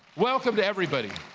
welcome to everybody.